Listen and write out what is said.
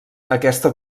aquesta